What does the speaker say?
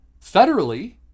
federally